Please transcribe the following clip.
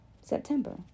September